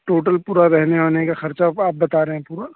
total پورا رہنے وہنے کا خرچہ آپ بتا رہے ہیں پورا